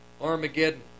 Armageddon